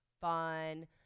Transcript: fun